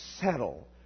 settle